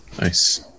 Nice